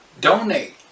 donate